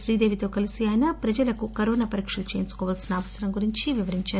శ్రీదేవితో కలిసి ఆయన ప్రజలకు కరోనా పరీక్షలు చేయించుకోవాల్సిన అవసరం గురించి వివరించారు